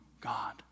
God